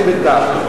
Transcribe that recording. נשים וטף.